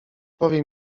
powie